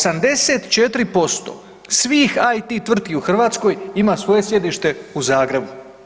84% svih IT tvrtki u Hrvatskoj ima svoje sjedište u Zagrebu.